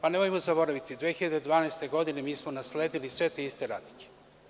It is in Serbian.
Nemojmo zaboraviti, 2012. godine mi smo nasledili sve te iste radnike.